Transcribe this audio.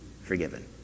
forgiven